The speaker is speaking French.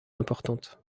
importante